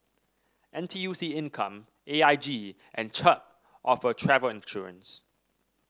N T U C Income A I G and Chubb offer travel insurance